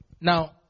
Now